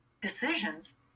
decisions